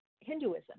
Hinduism